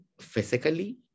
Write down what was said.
physically